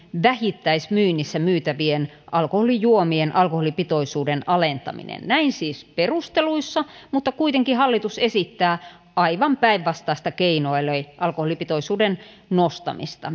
vähittäismyynnissä myytävien alkoholijuomien alkoholipitoisuuden alentaminen näin siis perusteluissa mutta kuitenkin hallitus esittää aivan päinvastaista keinoa eli alkoholipitoisuuden nostamista